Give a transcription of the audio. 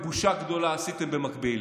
ובושה גדולה עשיתם במקביל.